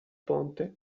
ponte